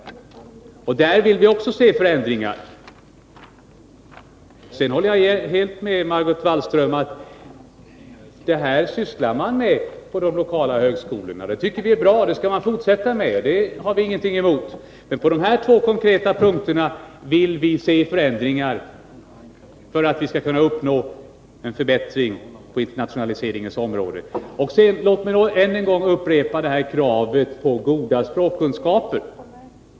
Där vill vi också se förändringar. Sedan håller jag helt med Margot Wallström om att man sysslar med det här på de lokala högskolorna. Det tycker vi är bra; det skall man fortsätta med-— det har vi ingenting emot. Men på de här två konkreta punkterna vill vi se förändringar för att vi skall kunna uppnå en förbättring på internationaliseringens område. Låt mig sedan än en gång upprepa kravet på goda språkkunskaper.